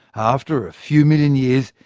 after a few million years,